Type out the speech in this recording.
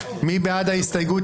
מי בעד ההסתייגות?